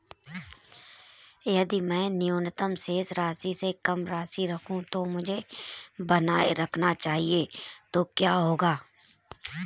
यदि मैं न्यूनतम शेष राशि से कम राशि रखूं जो मुझे बनाए रखना चाहिए तो क्या होगा?